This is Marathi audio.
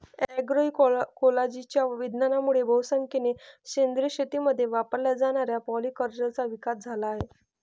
अग्रोइकोलॉजीच्या विज्ञानामुळे बहुसंख्येने सेंद्रिय शेतीमध्ये वापरल्या जाणाऱ्या पॉलीकल्चरचा विकास झाला आहे